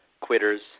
quitters